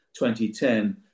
2010